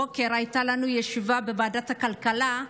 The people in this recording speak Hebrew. הבוקר הייתה לנו ישיבה בוועדת הכלכלה,